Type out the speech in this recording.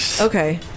Okay